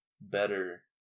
better